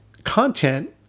Content